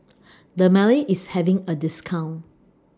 Dermale IS having A discount